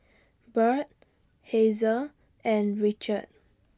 Bert Hazel and Richard